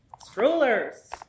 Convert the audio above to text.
Strollers